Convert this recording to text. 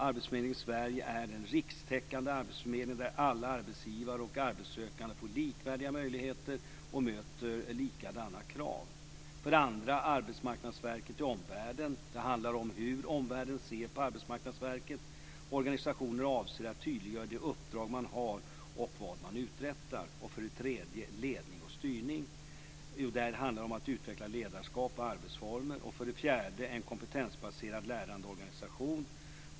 Arbetsförmedlingen i Sverige är en rikstäckande arbetsförmedling där alla arbetsgivare och arbetssökande får likvärdiga möjligheter och möter likadana krav. För det andra gäller det Arbetsmarknadsverket i omvärlden. Det handlar om hur omvärlden ser på Arbetsmarknadsverket. Organisationen avser att tydliggöra det uppdrag den har och vad den uträttar. För det tredje handlar det om ledning och styrning. Det gäller att utveckla ledarskap och arbetsformer. För det fjärde gäller det en kompetensbaserad lärandeorganisation.